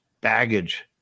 baggage